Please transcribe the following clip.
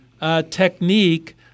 technique